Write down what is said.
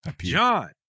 John